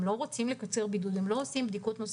הם לא צריכים לקצר בידוד והם לא עושים בדיקות נוספות.